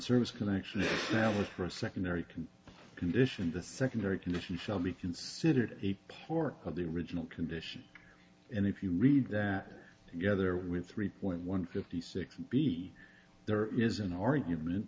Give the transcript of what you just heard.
service connection for a secondary can condition the secondary condition shall be considered a part of the original condition and if you read that together with three point one fifty six b there is an argument